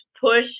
Push